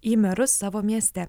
į merus savo mieste